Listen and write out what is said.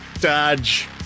dodge